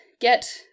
get